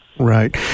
Right